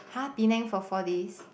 [huh] Penang for four days